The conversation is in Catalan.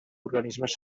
organismes